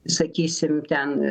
sakysim ten